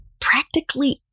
practically